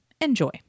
Enjoy